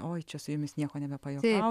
oi čia su jumis nieko nebepajuokausi